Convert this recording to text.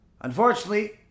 unfortunately